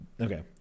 Okay